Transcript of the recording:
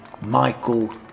Michael